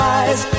eyes